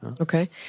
Okay